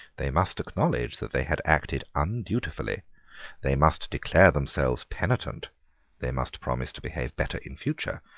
they must acknowledge that they had acted undutifully they must declare themselves penitent they must promise to behave better in future,